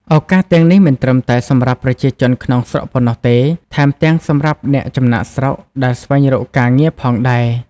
ឱកាសទាំងនេះមិនត្រឹមតែសម្រាប់ប្រជាជនក្នុងស្រុកប៉ុណ្ណោះទេ ថែមទាំងសម្រាប់អ្នកចំណាកស្រុកដែលស្វែងរកការងារផងដែរ។